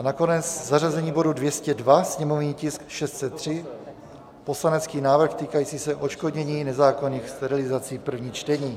A nakonec zařazení bodu 202, sněmovní tisk 603, poslanecký návrh týkající se odškodnění nezákonných sterilizací, první čtení.